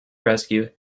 rescue